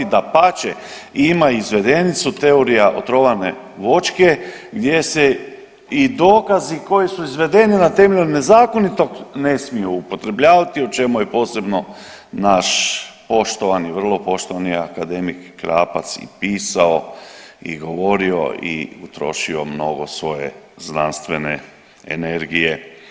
Dapače, ima izvedenicu teorija otrovane voćke gdje se i dokazi koji su izvedeni na temelju nezakonitog ne smiju upotrebljavati o čemu je posebno naš poštovani, vrlo poštovani akademik Krapac i pisao i govorio i utrošio mnogo svoje znanstvene energije.